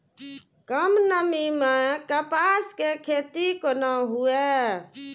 कम नमी मैं कपास के खेती कोना हुऐ?